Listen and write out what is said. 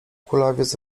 kulawiec